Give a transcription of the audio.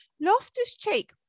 Loftus-Cheek